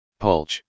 Pulch